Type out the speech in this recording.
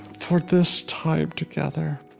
for this time together.